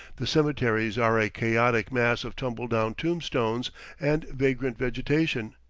the cemeteries are a chaotic mass of tumbledown tombstones and vagrant vegetation.